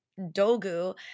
dogu